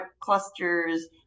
clusters